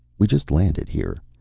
we just landed here.